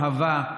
אהבה,